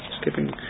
Skipping